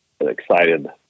excited